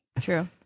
True